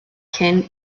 cyn